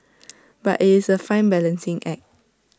but IT is A fine balancing act